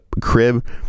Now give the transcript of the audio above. crib